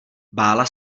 bála